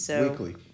weekly